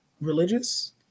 religious